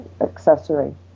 accessory